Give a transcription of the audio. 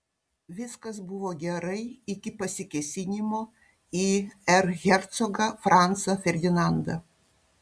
viskas buvo gerai iki pasikėsinimo į erchercogą francą ferdinandą